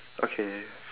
okay